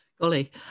Golly